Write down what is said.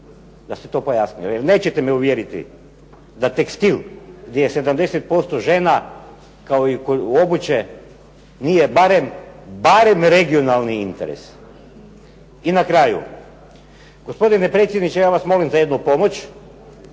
da ste to pojasnili, jer nećete me uvjeriti da tekstil gdje je 70% žena, kao i kod obuće, nije barem, barem regionalni interes. I na kraju, gospodine predsjedniče ja vas molim za jednu pomoć.